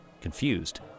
confused